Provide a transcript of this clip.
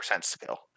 skill